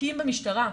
תיקים במשטרה.